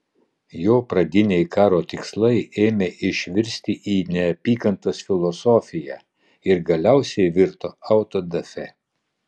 jo pradiniai karo tikslai ėmė išvirsti į neapykantos filosofiją ir galiausiai virto autodafė